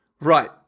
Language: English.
Right